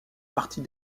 partie